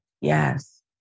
Yes